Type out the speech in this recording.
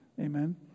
Amen